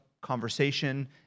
conversation